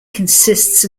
consists